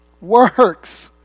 Works